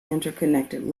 interconnected